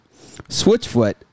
Switchfoot